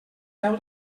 deu